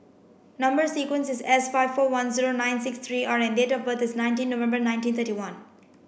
number sequence is S five four one zero nine six three R and date of birth is nineteen November nineteen thirty one